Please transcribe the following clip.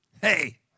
Hey